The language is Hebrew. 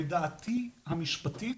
לדעתי, המשפטית,